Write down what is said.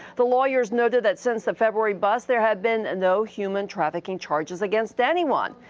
the lawyers noted that since the february bust, there have been no human trafficking charges against anyone.